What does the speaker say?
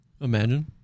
imagine